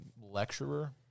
lecturer